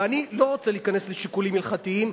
ואני לא רוצה להיכנס לשיקולים הלכתיים,